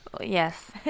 Yes